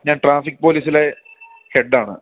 ഞാൻ ട്രാഫിക്ക് പോലീസിലെ ഹെഡ്ഡാണ്